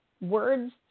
Words